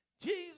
Jesus